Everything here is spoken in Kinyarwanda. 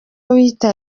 wiyita